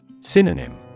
Synonym